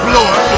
Lord